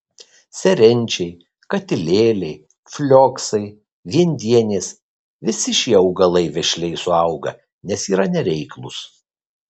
serenčiai katilėliai flioksai viendienės visi šie augalai vešliai suauga nes yra nereiklūs